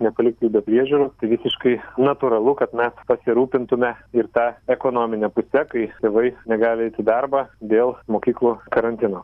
nepalikt jų be priežiūros tai visiškai natūralu kad mes pasirūpintume ir ta ekonomine puse kai tėvai negali eit į darbą dėl mokyklų karantino